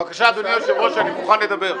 בבקשה, אדוני היושב-ראש, אני מוכן לדבר.